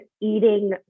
eating